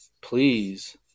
Please